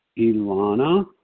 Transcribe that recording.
Ilana